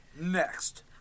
next